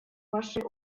вашей